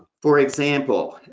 for example,